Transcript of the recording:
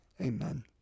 amen